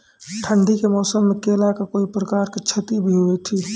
ठंडी के मौसम मे केला का कोई प्रकार के क्षति भी हुई थी?